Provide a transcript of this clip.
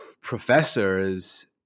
professors